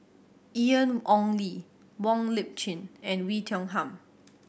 Ian Ong Li Wong Lip Chin and Oei Tiong Ham